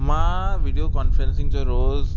मां video conferencing जो रोज़